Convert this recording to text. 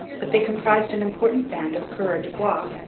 but they comprised an important band of coureurs de bois,